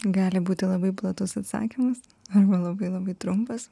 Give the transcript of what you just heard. gali būti labai platus atsakymas arba labai labai trumpas